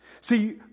See